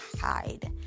hide